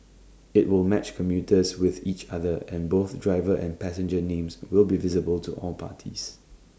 IT will match commuters with each other and both driver and passenger names will be visible to all parties